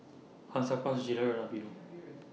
Hansaplast Gilera and Aveeno